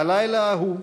בלילה ההוא,